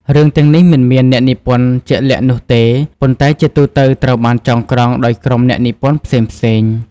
រឿងទាំងនេះមិនមានអ្នកនិពន្ធជាក់លាក់នោះទេ ប៉ុន្តែជាទូទៅត្រូវបានចងក្រងដោយក្រុមអ្នកនិពន្ធផ្សេងៗ។